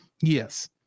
Yes